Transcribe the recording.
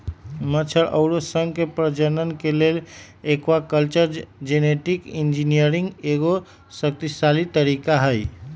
मछर अउर शंख के प्रजनन के लेल एक्वाकल्चर जेनेटिक इंजीनियरिंग एगो शक्तिशाली तरीका हई